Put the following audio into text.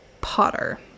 potter